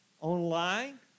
online